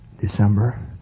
December